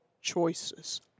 choices